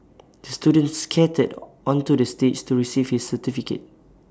the student skated onto the stage to receive his certificate